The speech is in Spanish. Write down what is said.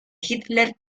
hitler